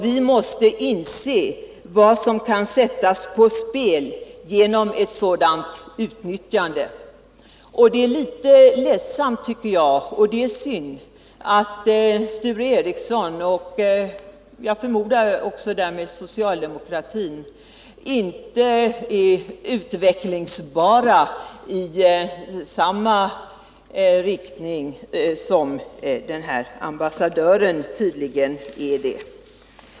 Vi måste inse vad som kan sättas på spel genom ett sådant utnyttjande.” Det är synd, tycker jag, att Sture Ericson och därmed också socialdemokratin, förmodar jag, inte är utvecklingsbara i samma riktning som denne ambassadör tydligen är.